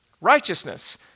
righteousness